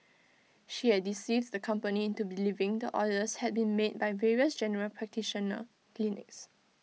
she had deceived the company into believing the orders had been made by various general practitioner clinics